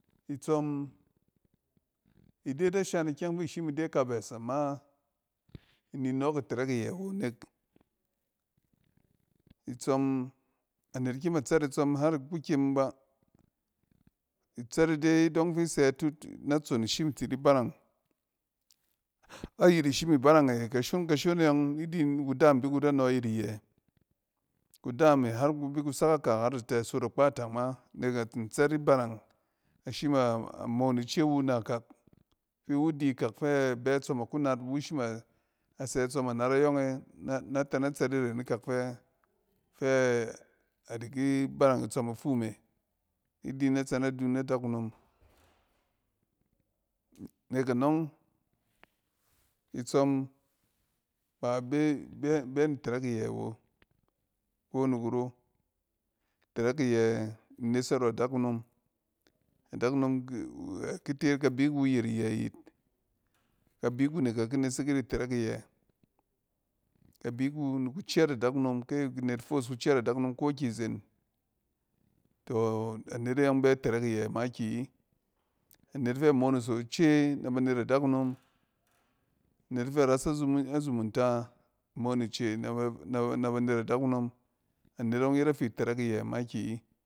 Itsↄm-ide da shan ikyɛng fi shim ide kɛbɛs ama, ini nↄↄk itɛrɛk iyɛ awo nek, itsↄm anet kyem a tsɛk itsↄm har nek, itsↄm anet kyem a tsɛt itsↄm har iku kyem natson ishim ti di barang. Ayit ishim ibarange kashon kashone ↄng ni din kudaam bi kuda nↄ ayit iyɛ. Kudaame hark u bi ku sak akɛk har atɛ sot a kpatang ma nek atsin tsɛt ibarang, ashim a moon ice wu nakɛk ki wudi kak fɛbɛ itsↄm aku nat, iwu shima sɛ itsↄm a nat ayↄng e na-na tɛ na tsɛt iren ikak fɛ adiki barang itsↄm ifu me ni di nɛ tsɛ na dun adakunom. Nek anↄng, itsↄm ba be ni tɛrɛk iyɛ awo ko ni kuro. Itɛrɛk iyɛ nes arↄ dakunom. Adakunom aki te yit kɛbik wu ayit iyɛ yit. Kabik wu ne ka ki nesek yit itsrɛk iyɛ. Kabik wu ni kucɛɛt adakunom, kea gu net e yↄng bɛ tɛrɛk iye makiyi. Anet fɛ mono ice na banet adakunom, anet fɛ ras a zumun- a zumunta imoon ice naba-naba net adekunom, anet ↄng yet afi tɛrɛk iyɛ makiyi.